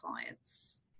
clients